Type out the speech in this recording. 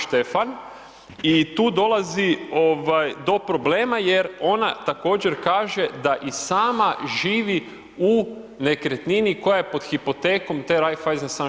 Stefan i tu dolazi ovaj do problema jer ona također kaže da i sama živi u nekretnini koja je pod hipotekom te Raiffeisen St.